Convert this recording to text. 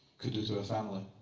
could do to a family.